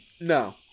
No